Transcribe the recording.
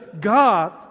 God